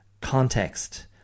context